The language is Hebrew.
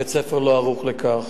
בית-הספר לא ערוך לכך.